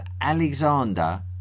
Alexander